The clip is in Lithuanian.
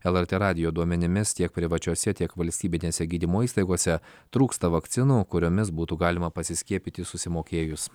lrt radijo duomenimis tiek privačiose tiek valstybinėse gydymo įstaigose trūksta vakcinų kuriomis būtų galima pasiskiepyti susimokėjus